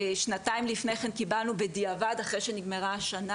שנתיים לפני כן קיבלנו בדיעבד אחרי שנגמרה השנה.